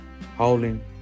howling